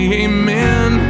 amen